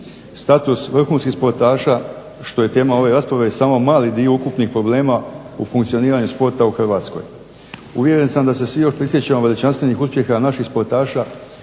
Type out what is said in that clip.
Status vrhunskih športaša, što je tema ove rasprave, je samo mali dio ukupnih problema u funkcioniranju sporta u Hrvatskoj. Uvjeren sam da se svi još prisjećamo veličanstvenih uspjeha naših sportaša